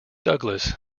douglas